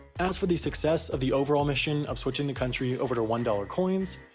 as for the success of the overall mission of switching the country over to one dollars coins?